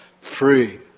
Free